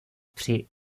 při